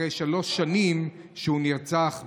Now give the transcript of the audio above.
שלוש שנים אחרי שהוא נרצח באוקראינה.